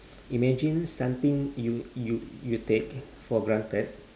imagine something you you you take for granted